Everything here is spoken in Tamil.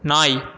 நாய்